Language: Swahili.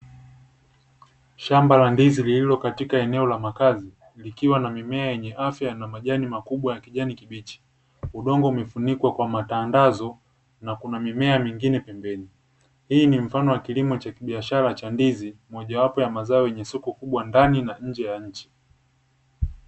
Shamba la ndizi lililo katika eneo la makazi, likiwa na mimea yenye afya na majani makubwa ya kijani kibichi, udongo umefunikwa kwa matandazo na kuna mimea mingine pembeni. Hii ni mfano ya kilimo cha kibiashara cha ndizi, mojawapo ya mazao yenye soko kubwa ndani na nje ya nchi.